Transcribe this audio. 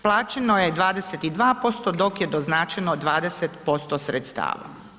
Plaćeno je 22%, dok je doznačeno 20% sredstava.